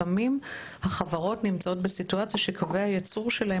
לפעמים החברות נמצאות בסיטואציה שקווי הייצור שלהן